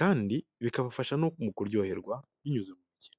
kandi bikabafasha no mu kuryoherwa binyuze mu mikino.